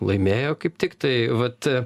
laimėjo kaip tiktai vat